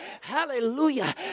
hallelujah